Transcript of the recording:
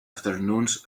afternoons